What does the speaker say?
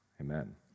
amen